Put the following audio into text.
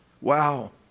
Wow